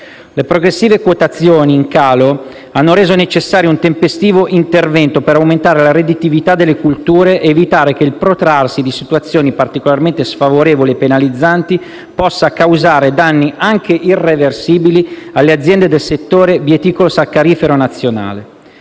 Le progressive quotazioni in calo hanno reso necessario un tempestivo intervento per aumentare la redditività delle colture ed evitare che il protrarsi di situazioni particolarmente sfavorevoli e penalizzanti possa causare danni, anche irreversibili, alle aziende del settore bieticolo-saccarifero nazionale.